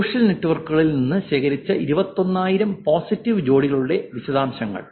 social നെറ്റ്വർക്കുകളിൽ നിന്ന് ശേഖരിച്ച 21000 പോസിറ്റീവ് ജോഡികളുടെ വിശദാംശങ്ങൾ